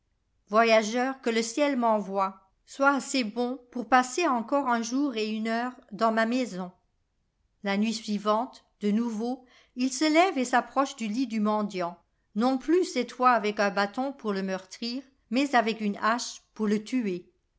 a'oyageur que le ciel m'envoie sois assez bon pour passer encore un jour et une heure dans ma maison la nuit suivante de nouveau il se lève et s'approche du lit du mendiant non plus cette fois avec un bâton pour le meurtrir mais avec une hache pour le tuer